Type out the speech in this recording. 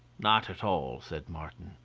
not at all, said martin.